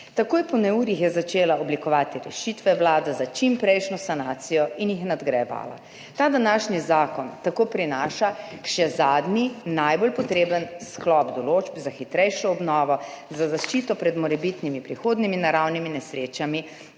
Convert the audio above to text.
Takoj po neurjih je vlada začela oblikovati rešitve za čimprejšnjo sanacijo in jih je nadgrajevala. Ta današnji zakon tako prinaša še zadnji, najbolj potreben sklop določb za hitrejšo obnovo, za zaščito pred morebitnimi prihodnjimi naravnimi nesrečami